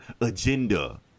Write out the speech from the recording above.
agenda